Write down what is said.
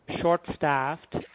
short-staffed